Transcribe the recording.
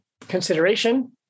consideration